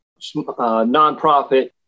nonprofit